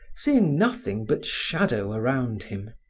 seeing nothing but shadow around him,